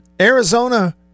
Arizona